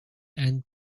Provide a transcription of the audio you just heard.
and